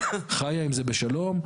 חיה עם זה בשלום.